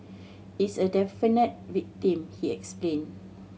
it's a definite victim he explain